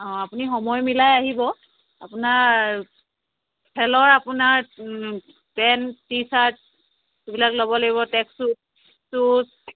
অ আপুনি সময় মিলাই আহিব আপোনাৰ খেলৰ আপোনাৰ ও পেণ্ট টি চাৰ্ট এইবিলাক ল'ব লাগিব ট্ৰেকশ্বুট শ্বুজ